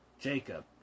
Jacob